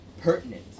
pertinent